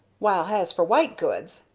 while has for white goods,